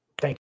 Thank